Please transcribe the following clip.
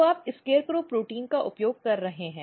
तो आप SCARECROW protein का उपयोग कर रहे हैं